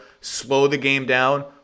slow-the-game-down